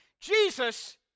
Jesus